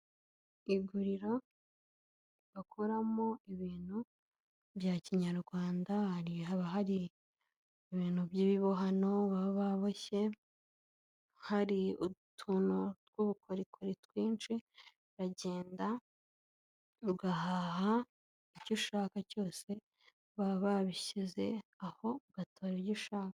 Iguriro bakoramo ibintu bya kinyarwanda hari haba hari ibintu by'ibibohano baba baboshye, hari utuntu tw'ubukorikori twinshi uragenda ugahaha icyo ushaka cyose baba babishyize aho u batora ibyo ushaka.